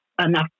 Enough